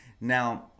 now